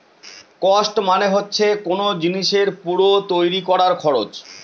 cost মানে হচ্ছে কোন জিনিসের পুরো তৈরী করার খরচ